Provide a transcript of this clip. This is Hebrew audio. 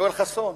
יואל חסון,